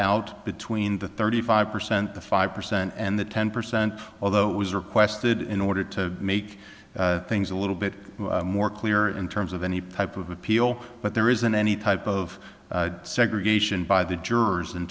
out between the thirty five percent the five percent and the ten percent although it was requested in order to make things a little bit more clear in terms of any pipe of appeal but there isn't any type of segregation by the jurors in